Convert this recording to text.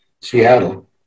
Seattle